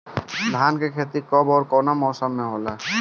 धान क खेती कब ओर कवना मौसम में होला?